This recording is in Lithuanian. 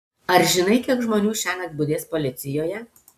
ar žinai kiek žmonių šiąnakt budės policijoje